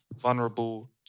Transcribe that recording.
vulnerable